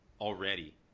already